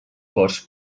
corts